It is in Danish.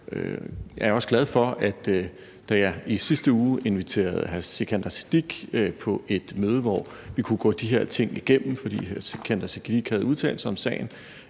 hr. Sikandar Siddique, da jeg i sidste uge inviterede ham til et møde, hvor vi kunne gå de her ting igennem, fordi hr. Sikandar Siddique havde udtalt sig om sagen